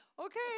okay